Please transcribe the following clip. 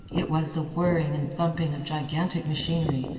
it was the whirring and thumping of gigantic machinery,